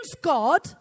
God